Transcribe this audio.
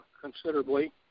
considerably